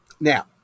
Now